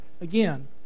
again